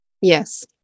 Yes